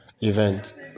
Event